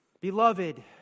Beloved